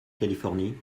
californie